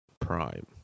prime